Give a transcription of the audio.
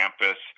campus